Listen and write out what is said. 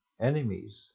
enemies